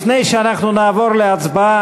לפני שנעבור להצבעה,